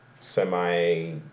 semi